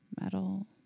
metal